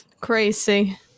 crazy